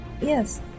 Yes